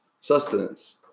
sustenance